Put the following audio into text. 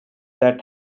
that